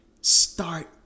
start